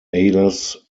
ales